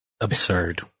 Absurd